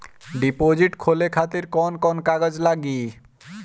Deposit खोले खातिर कौन कौन कागज लागी?